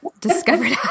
discovered